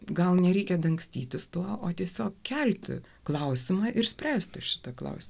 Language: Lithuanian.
gal nereikia dangstytis tuo o tiesiog kelti klausimą išspręsti šitą klausimą